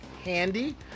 handy